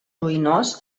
ruïnós